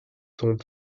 sont